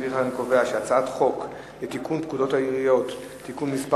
לפיכך, אני קובע שחוק לתיקון פקודת העיריות (מס'